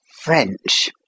French